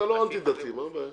הצבעה בעד,